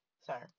Sorry